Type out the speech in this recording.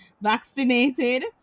vaccinated